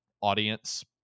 audience